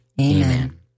Amen